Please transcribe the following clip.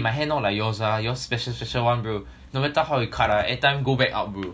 my hair not like yours ah yours special one bro no matter how I cut ah everytime go back up bro